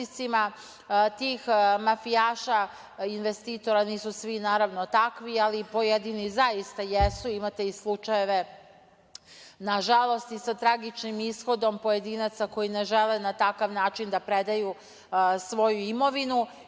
tih mafijaša investitora, nisu svi naravno takvi, ali pojedini zaista jesu. Imate i slučajeve, nažalost, i sa tragičnim ishodom pojedinaca koji ne žele na takav način da predaju svoju imovinu,